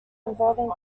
involving